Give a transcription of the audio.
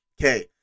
okay